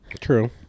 true